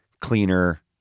cleaner